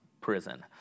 prison